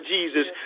Jesus